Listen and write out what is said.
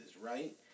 right